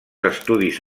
estudis